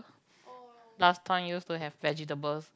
last time used to have vegetables